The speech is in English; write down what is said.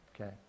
Okay